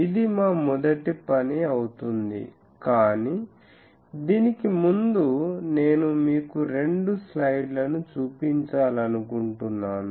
ఇది మా మొదటి పని అవుతుంది కానీ దీనికి ముందు నేను మీకు రెండు స్లైడ్లను చూపించాలనుకుంటున్నాను